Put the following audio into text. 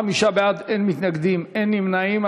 35 בעד, אין מתנגדים ואין נמנעים.